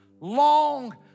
long